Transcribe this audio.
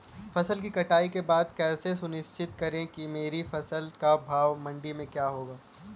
फसल की कटाई के बाद कैसे सुनिश्चित करें कि मेरी फसल का भाव मंडी में क्या होगा?